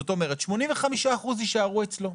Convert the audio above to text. זאת אומרת 85% יישארו אצלו,